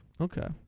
Okay